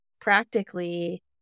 practically